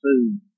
food